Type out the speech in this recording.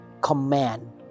command